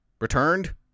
returned